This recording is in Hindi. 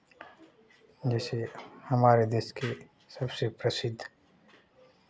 जैसे हमारे देश के सबसे प्रसिद्ध